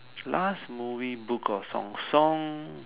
last movie book or songs song